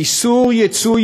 איסור ייצוא,